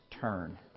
turn